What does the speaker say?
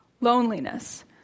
loneliness